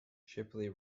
shipley